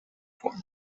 forms